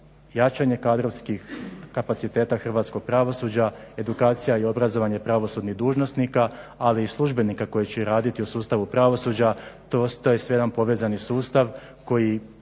jačanje kadrovskih kapaciteta hrvatskog pravosuđa, edukacija i obrazovanje pravosudnih dužnosnika, ali i službenika koji će raditi u sustavu pravosuđa. To je sve jedan povezani sustav koji